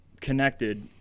connected